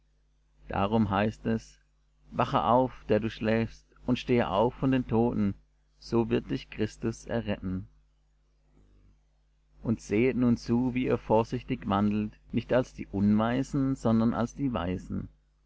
darum heißt es wache auf der du schläfst und stehe auf von den toten so wird dich christus erleuchten so sehet nun zu wie ihr vorsichtig wandelt nicht als die unweisen sondern als die weisen